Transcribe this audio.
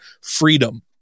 freedom